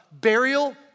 burial